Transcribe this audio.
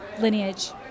lineage